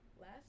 Last